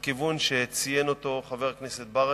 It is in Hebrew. לבצע מהלכים בכיוון שציין חבר הכנסת ברכה,